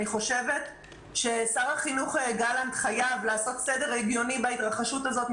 אני חושבת ששר החינוך גלנט חייב לעשות סדר הגיוני בהתרחשות הזאת,